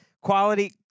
quality